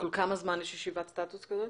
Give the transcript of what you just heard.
כל כמה זמן יש ישיבת סטטוס כזאת?